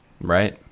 Right